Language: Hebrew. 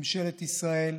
בממשלת ישראל,